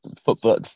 football